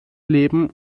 leben